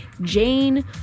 Jane